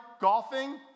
golfing